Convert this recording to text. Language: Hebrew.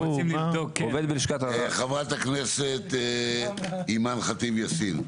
חברת הכנסת אימאן ח'טיב יאסין.